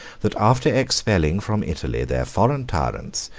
that after expelling from italy their foreign tyrants,